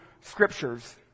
scriptures